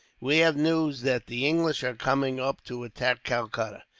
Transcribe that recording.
we have news that the english are coming up to attack calcutta.